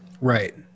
Right